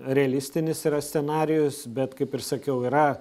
realistinis yra scenarijus bet kaip ir sakiau yra